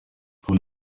ubu